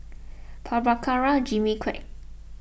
Prabhakara Jimmy Quek